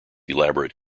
elaborate